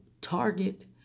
target